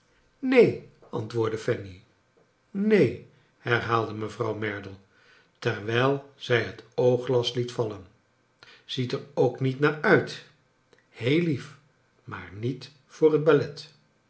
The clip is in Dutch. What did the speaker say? neen antwoordde fanny neen herhaalde mevrouw merdle terwijl zij het oogglas liet vallen ziet er ook niet naar uit heel lief maar niet voor het ballet